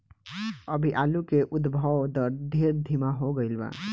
अभी आलू के उद्भव दर ढेर धीमा हो गईल बा